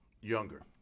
younger